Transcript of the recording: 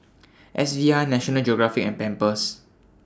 S V R National Geographic and Pampers